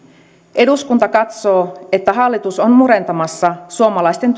eduskunta katsoo että hallitus on murentamassa suomalaisten